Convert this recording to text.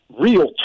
real